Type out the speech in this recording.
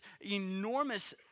enormous